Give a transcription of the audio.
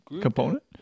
component